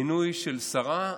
מינוי של שרה,